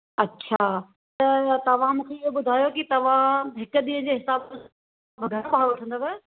अच्छा त तव्हां मूंखे इहो ॿुधायो कि तव्हां हिक ॾींहं जे हिसाब सां घणो भाड़ो वठंदव